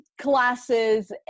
classes